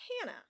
hannah